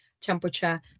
temperature